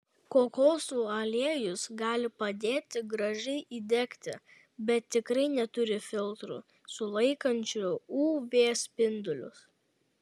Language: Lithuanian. kokosų aliejus gali padėti gražiai įdegti bet tikrai neturi filtrų sulaikančių uv spindulius